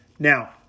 Now